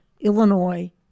Illinois